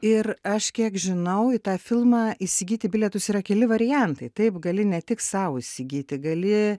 ir aš kiek žinau į tą filmą įsigyti bilietus yra keli variantai taip gali ne tik sau įsigyti gali